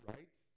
Right